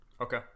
Okay